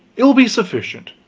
it will be sufficient.